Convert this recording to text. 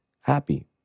happy